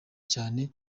cyane